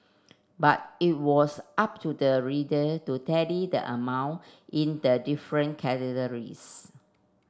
but it was up to the reader to tally the amount in the different categories